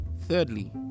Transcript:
thirdly